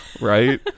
right